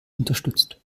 unterstützt